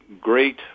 great